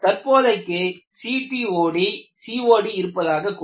தற்போதைக்கு CTOD COD இருப்பதாக கொள்க